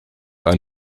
ein